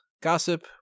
gossip